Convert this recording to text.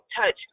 touch